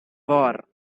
war